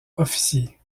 officier